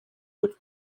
which